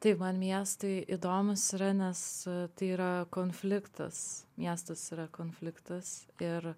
taip man miestai įdomūs yra nes tai yra konfliktas miestas yra konfliktas ir